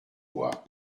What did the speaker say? boire